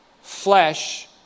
flesh